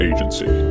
Agency